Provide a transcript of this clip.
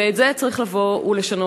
ואת זה צריך לבוא ולשנות.